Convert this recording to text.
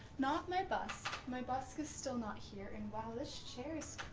not my busk. my busk is still not here and wow this chair is